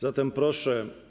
Zatem proszę.